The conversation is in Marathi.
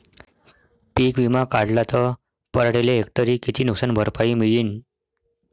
पीक विमा काढला त पराटीले हेक्टरी किती नुकसान भरपाई मिळीनं?